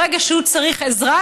ברגע שהוא צריך עזרה,